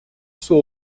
sua